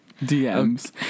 DMs